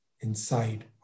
inside